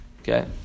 okay